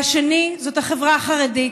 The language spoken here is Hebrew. והשני זאת החברה החרדית,